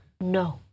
no